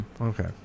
Okay